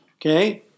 Okay